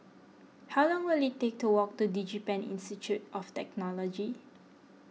how long will it take to walk to DigiPen Institute of Technology